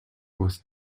with